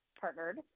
partnered